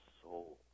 soul